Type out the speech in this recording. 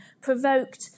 provoked